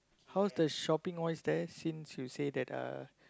how's the shopping wise there since you said that uh